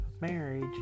marriage